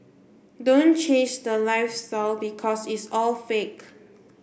don't chase the lifestyle because it's all fake